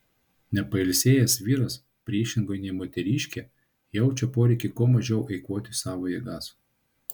nepailsėjęs vyras priešingai nei moteriškė jaučia poreikį kuo mažiau eikvoti savo jėgas